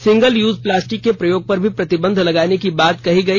single use plastic के प्रयोग पर भी प्रतिबंध लगाने की बात कही गई